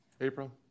April